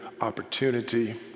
opportunity